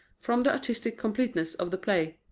from the artistic completeness of the play,